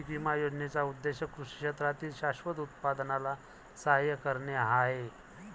पीक विमा योजनेचा उद्देश कृषी क्षेत्रातील शाश्वत उत्पादनाला सहाय्य करणे हा आहे